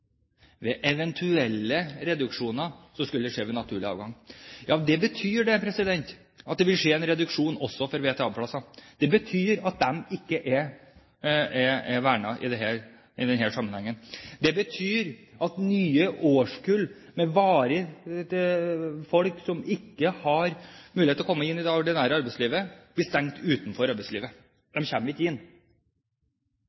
Eventuelle reduksjoner skulle skje ved naturlig avgang. Ja, det betyr at det vil skje en reduksjon også for VTA-plassene. Det betyr at de ikke er vernet i denne sammenhengen. Det betyr at nye årskull med folk som ikke har mulighet til å komme inn i det ordinære arbeidslivet, blir stengt ute fra arbeidslivet.